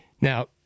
Now